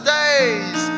days